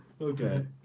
Okay